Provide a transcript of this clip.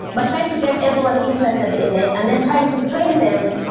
but trying to get everyone interested in it and then trying to train them